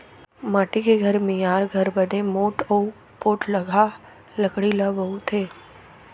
माटी के घर मियार बर बने मोठ अउ पोठलगहा लकड़ी ल बउरथे